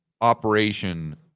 operation